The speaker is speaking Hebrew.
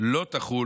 לא תחול